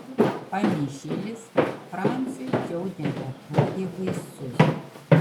pamišėlis franciui jau nebeatrodė baisus